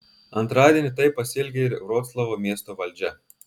antradienį taip pasielgė ir vroclavo miesto valdžia